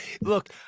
Look